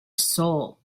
soul